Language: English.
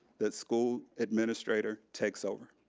that school administrator takes over,